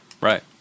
Right